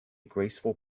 graceful